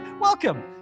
Welcome